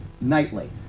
nightly